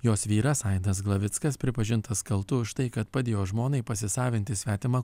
jos vyras aidas glavickas pripažintas kaltu už tai kad padėjo žmonai pasisavinti svetimą